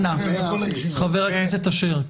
אנא, חבר הכנסת אשר.